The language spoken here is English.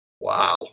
Wow